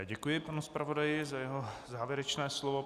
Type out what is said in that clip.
Děkuji panu zpravodaji za jeho závěrečné slovo.